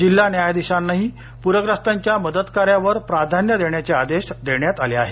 जिल्हा न्यायाधीशांनाही पूर्यस्तांच्या मदतकार्यावर प्राधान्य देण्याचे आदेश देण्यात आले आहेत